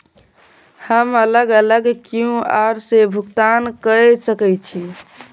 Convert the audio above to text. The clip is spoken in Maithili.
हम अलग अलग क्यू.आर से भुगतान कय सके छि?